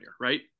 right